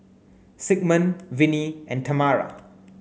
Sigmund Vinie and Tamara